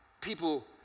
people